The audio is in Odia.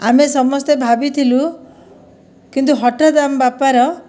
ଆମେ ସମସ୍ତେ ଭାବିଥିଲୁ କିନ୍ତୁ ହଠାତ୍ ଆମ ବାପାର